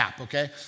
Okay